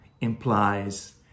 implies